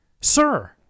sir